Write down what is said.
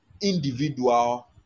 individual